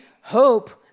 hope